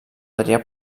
adrià